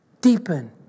deepen